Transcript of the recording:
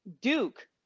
Duke